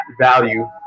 value